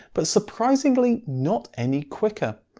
but surprisingly not any quicker.